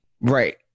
right